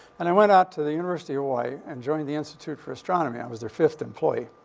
and i went out to the university of hawaii and joined the institute for astronomy. i was their fifth employee.